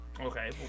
okay